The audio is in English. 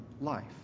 life